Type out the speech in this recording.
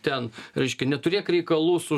ten reiškia neturėk reikalų su